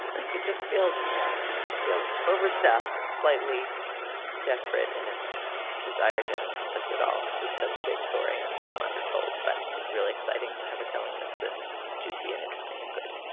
like it just feels feels overstuffed and slightly desperate in its desire to encompass it all. because it's such a big story and so under told. but it's really exciting to have a telling that's this juicy and interesting and good